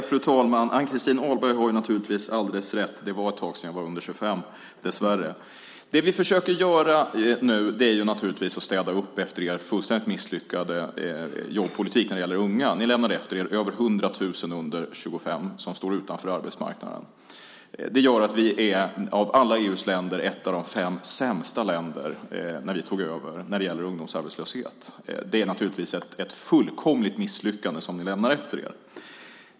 Fru talman! Ann-Christin Ahlberg har naturligtvis alldeles rätt. Det är ett tag sedan jag var under 25, dessvärre. Vad vi nu försöker göra är naturligtvis att vi försöker städa upp efter er fullständigt misslyckade jobbpolitik när det gäller unga. Ni lämnade efter er över hundratusen personer under 25 som står utanför arbetsmarknaden. Det gör att Sverige när vi tog över var ett av de fem sämsta av EU:s alla länder när det gäller ungdomsarbetslöshet. Det är naturligtvis ett fullkomligt misslyckande som ni lämnat efter er.